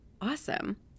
awesome